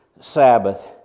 Sabbath